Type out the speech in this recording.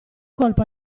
colpo